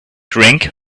drink